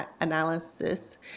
analysis